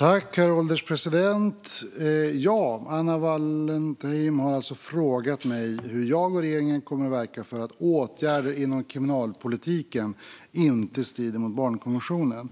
Herr ålderspresident! Anna Wallentheim har frågat mig hur jag och regeringen kommer att verka för att åtgärder inom kriminalpolitiken inte ska strida mot barnkonventionen.